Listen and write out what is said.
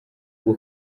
bwo